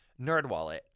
NerdWallet